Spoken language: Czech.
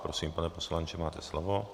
Prosím, pane poslanče, máte slovo.